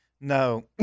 No